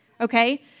okay